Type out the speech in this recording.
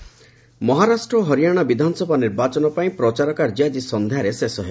election Maharashtra ଓ ହରିଆଣା ବିଧାନସଭା ନିର୍ବାଚନ ପାଇଁ ପ୍ରଚାର କାର୍ଯ୍ୟ ଆଜି ସନ୍ଧ୍ୟାରେ ଶେଷ ହେବ